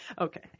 Okay